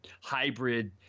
hybrid